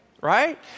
right